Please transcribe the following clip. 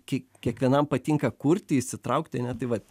kai kiekvienam patinka kurti įsitraukti ane tai vat